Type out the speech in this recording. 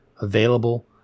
available